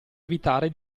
evitare